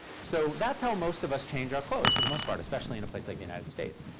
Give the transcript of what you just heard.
so that's how most of us change our clothes, for the most part, especially in a place like the united states.